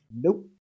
Nope